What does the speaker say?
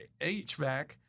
HVAC